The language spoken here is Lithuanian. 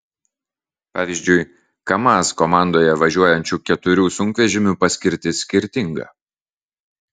pavyzdžiui kamaz komandoje važiuojančių keturių sunkvežimių paskirtis skirtinga